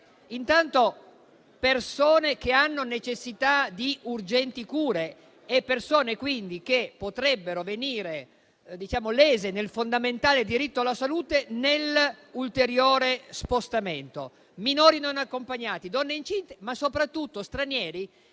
le persone che hanno necessità di urgenti cure, le quali potrebbero venire lese nel fondamentale diritto alla salute nell'ulteriore spostamento: minori non accompagnati, donne incinte, ma soprattutto stranieri